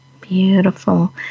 Beautiful